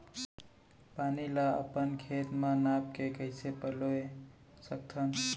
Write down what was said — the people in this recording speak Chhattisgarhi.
पानी ला अपन खेत म नाप के कइसे पलोय सकथन?